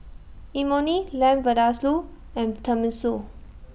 Imoni Lamb Vindaloo and Tenmusu